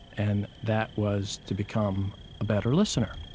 and that was to become a better listener